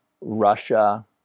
Russia